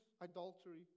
adultery